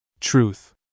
Truth